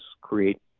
create